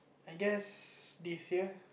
I guess this year